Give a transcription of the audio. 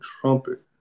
trumpet